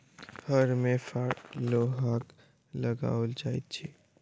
हर मे फार लोहाक लगाओल जाइत छै